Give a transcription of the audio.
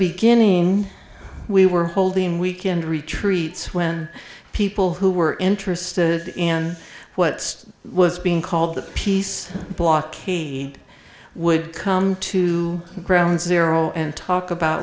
beginning we were holding weekend retreats when people who were interested in what was being called the peace blockade would come to ground zero and talk about